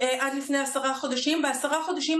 היחידה במזרח התיכון,